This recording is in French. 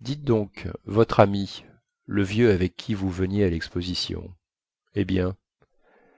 dites donc votre ami le vieux avec qui que vous veniez à lexposition eh bien